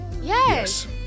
Yes